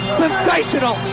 sensational